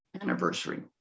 anniversary